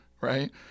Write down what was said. right